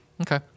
Okay